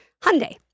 Hyundai